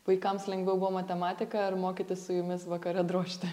vaikams lengviau buvo matematika ar mokytis su jumis vakare drožti